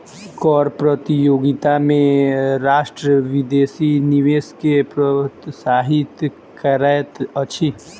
कर प्रतियोगिता में राष्ट्र विदेशी निवेश के प्रोत्साहित करैत अछि